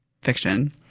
fiction